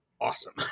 awesome